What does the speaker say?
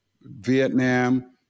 Vietnam